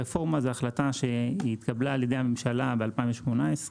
הרפורמה היא החלטה שהתקבלה על ידי הממשלה ב-2018,